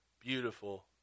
beautiful